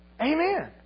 Amen